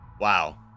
wow